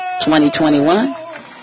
2021